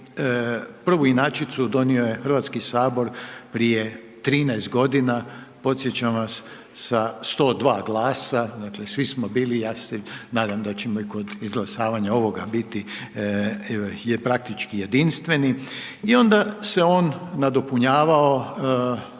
prvu inačicu donio je HS prije 13.g., podsjećam vas sa 102 glasa, dakle svi smo bili, ja se nadam da ćemo i kod izglasavanja ovoga biti praktički jedinstveni i onda se on nadopunjavao,